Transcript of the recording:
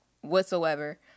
whatsoever